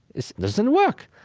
this doesn't work.